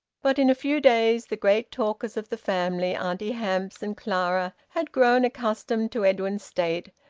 but in a few days the great talkers of the family, auntie hamps and clara, had grown accustomed to edwin's state,